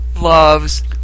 loves